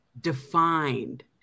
Defined